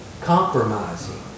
compromising